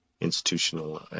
institutional